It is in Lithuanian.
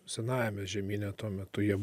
senajame žemyne tuo metu jav